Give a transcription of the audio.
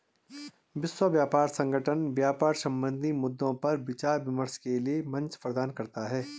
विश्व व्यापार संगठन व्यापार संबंधी मद्दों पर विचार विमर्श के लिये मंच प्रदान करता है